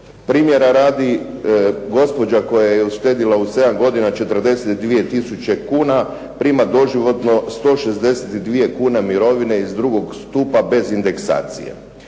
Primjera radi, gospođa koja je uštedjela u 7 godina 42 tisuće kuna prima doživotno 162 kune mirovine iz drugog stupa bez indeksacije.